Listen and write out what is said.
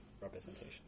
representation